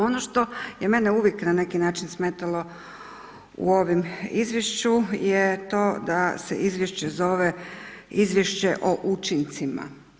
Ono što je mene uvijek na neki način smetalo, u ovim izvješću je to da se izvješće zove, izvješće o učincima.